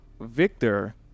Victor